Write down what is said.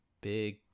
big